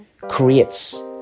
creates